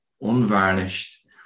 unvarnished